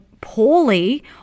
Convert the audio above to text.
poorly